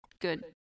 good